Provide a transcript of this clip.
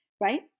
right